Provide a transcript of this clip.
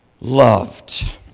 loved